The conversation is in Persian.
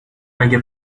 اگه